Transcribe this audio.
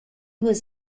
was